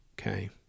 okay